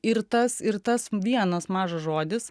ir tas ir tas vienas mažas žodis